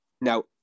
now